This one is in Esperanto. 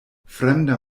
fremda